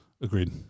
Agreed